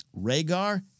Rhaegar